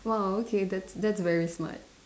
!wah! okay that's that's very smart